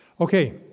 Okay